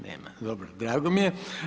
Nema, dobro, drago mi je.